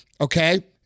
okay